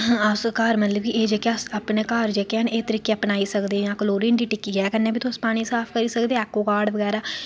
अस घर मतलब के एह् जेह्के तरीके अपनाई सकदे आं क्लोरीन दी टिक्की कन्नै बी तुस पानी साफ करी सकदे ओ एक्वागार्ड बगैरा चले दे न